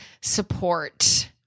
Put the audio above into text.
support